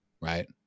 right